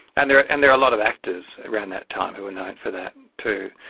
and there are and there are a lot of actors around that time who were known for that too.